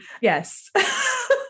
yes